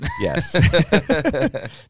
Yes